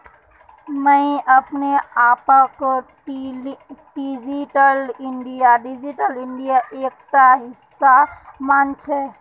मुई अपने आपक डिजिटल इंडियार एकटा हिस्सा माने छि